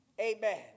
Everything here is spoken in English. amen